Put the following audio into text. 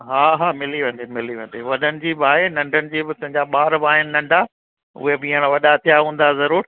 हा हा मिली वेंदी मिली वेंदी वॾनि जी बि आहे नंढनि जी बि तुंहिंजा ॿार आहिनि नंढा उहे बि हाणे वॾा थिया हूंदा ज़रूरु